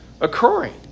occurring